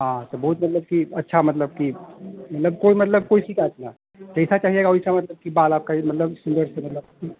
हाँ तो बहुत मतलब कि अच्छा मतलब कि मतलब कोई मतलब कोई शिकायत न जैसा चाहिएगा वैसा मतलब कि बाल आपका यह मतलब सुंदर से मतलब कटिंग